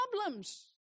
problems